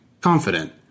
Confident